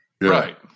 Right